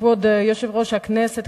כבוד יושב-ראש הכנסת,